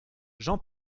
jean